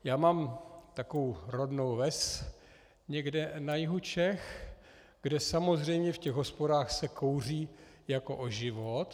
Já mám takovou rodnou ves někde na jihu Čech, kde samozřejmě v těch hospodách se kouří jako o život.